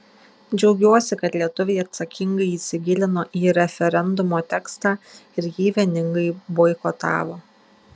džiaugiuosi kad lietuviai atsakingai įsigilino į referendumo tekstą ir jį vieningai boikotavo